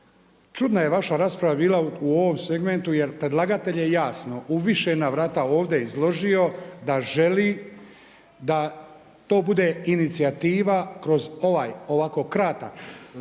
Čudna je vaša rasprava bila u ovom segmentu jer predlagatelj je jasno u više navrata ovdje izložio da želi da to bude inicijativa kroz ovaj ovako kratak